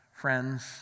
Friends